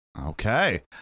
Okay